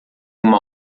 uma